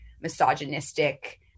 misogynistic